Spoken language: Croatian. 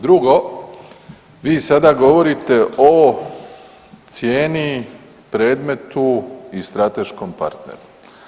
Drugo, vi sada govorite o cijeni, predmetu i strateškom partneru.